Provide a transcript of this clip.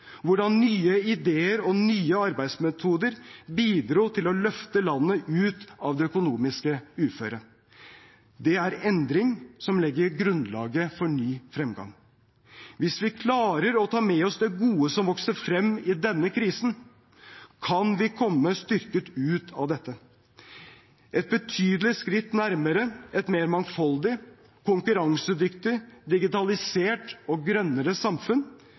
hvordan nye ideer og nye arbeidsmetoder bidro til å løfte landet ut av det økonomiske uføret. Det er endring som legger grunnlaget for ny fremgang. Hvis vi klarer å ta med oss det gode som vokser frem i denne krisen, kan vi komme styrket ut av dette: et betydelig skritt nærmere et mer mangfoldig, konkurransedyktig, digitalisert og grønnere samfunn